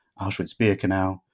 Auschwitz-Birkenau